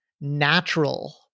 natural